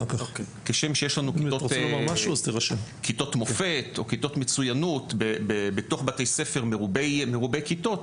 כשם שיש לנו כיתות מופ"ת או כיתות מצוינות בתוך בתי ספר מרובי כיתות,